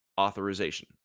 authorization